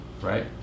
Right